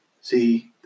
See